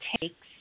takes